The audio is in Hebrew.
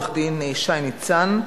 עורך-דין שי ניצן.